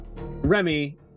Remy